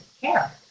care